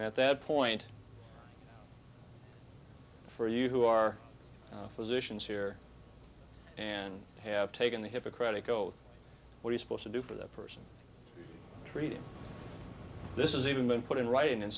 he at that point for you who are physicians here and have taken the hippocratic oath what he supposed to do for the person treating this is even been put in writing in